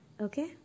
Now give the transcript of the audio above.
okay